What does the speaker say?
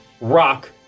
rock